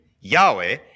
Yahweh